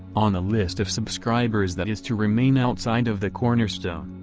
on the list of subscribers that is to remain outside of the cornerstone,